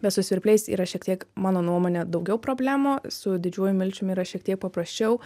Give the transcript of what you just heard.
bet su svirpliais yra šiek tiek mano nuomone daugiau problemų su didžiuoju milčium yra šiek tiek paprasčiau